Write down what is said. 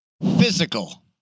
Physical